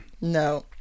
No